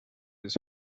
his